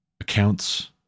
accounts